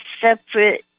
separate